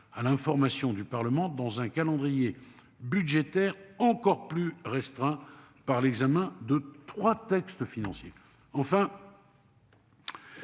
À l'information du Parlement dans un calendrier budgétaire encore plus restreint par l'examen de 3 textes financiers